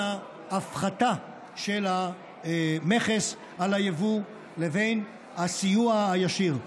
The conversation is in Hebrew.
ההפחתה של המכס על היבוא לבין הסיוע הישיר.